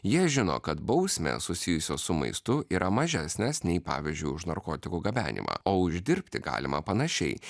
jie žino kad bausmės susijusios su maistu yra mažesnės nei pavyzdžiui už narkotikų gabenimą o uždirbti galima panašiai